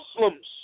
Muslims